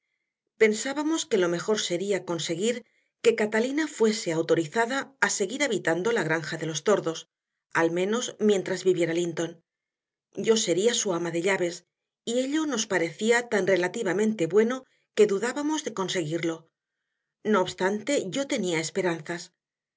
pensábamos que lo mejor sería conseguir que catalina fuese autorizada a seguir habitando la granja de los tordos al menos mientras viviera linton yo sería su ama de llaves y ello nos parecía tan relativamente bueno que dudábamos de conseguirlo no obstante yo tenía esperanzas